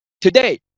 Today